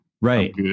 Right